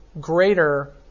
greater